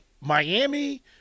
Miami